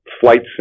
Flight